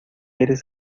eres